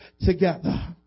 together